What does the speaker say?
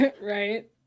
Right